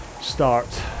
Start